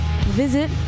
visit